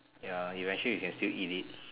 ya eventually you can still eat it